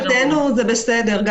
מבחינתנו, זה גם כן בסדר.